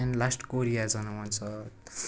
and last Korea जानु मन छ